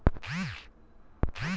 रासायनिक शेती काऊन परवडत नाई?